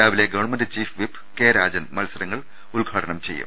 രാവിലെ government chief whip K Rajan മത്സരങ്ങൾ ഉദ്ഘാടനം ചെയ്യും